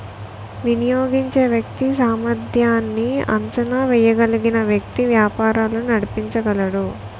వినియోగించే వ్యక్తి సామర్ధ్యాన్ని అంచనా వేయగలిగిన వ్యక్తి వ్యాపారాలు నడిపించగలడు